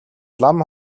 лам